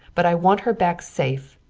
but i want her back safe.